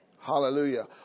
Hallelujah